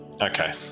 Okay